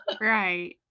Right